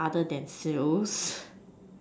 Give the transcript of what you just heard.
other than sales